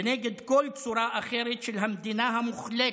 ונגד כל צורה אחרת של המדינה המוחלטת.